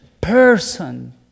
person